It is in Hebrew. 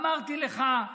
אמרתי לך: